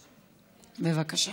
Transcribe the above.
בבקשה.